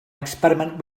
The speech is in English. experiment